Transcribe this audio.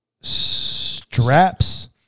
straps